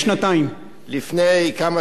לפני כמה שנים, בצעירותך.